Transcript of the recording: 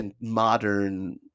modern